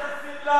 הקוזק הנגזל,